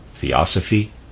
Theosophy